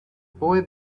boy